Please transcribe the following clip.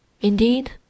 Indeed